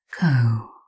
go